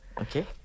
Okay